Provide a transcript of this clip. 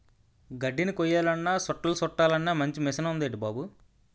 గడ్దిని కొయ్యాలన్నా సుట్టలు సుట్టలన్నా మంచి మిసనుందేటి బాబూ